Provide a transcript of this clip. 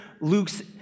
Luke's